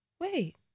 Wait